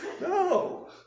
No